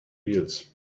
wheels